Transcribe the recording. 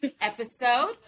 episode